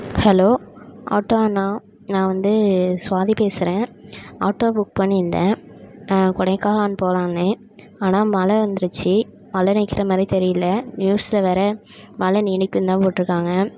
hello auto அண்ணா நான் வந்து சுவாதி பேசுகிறேன் ஆட்டோ புக் பண்ணியிருந்தேன் கொடைக்கானல் போகலான்னு ஆனால் மழை வந்துருச்சு மழை நிற்கிற மாதிரி தெரியல நியூஸில் வேறு மழை நீடிக்கும் தான் போட்டிருக்காங்க